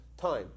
time